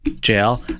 Jail